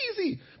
easy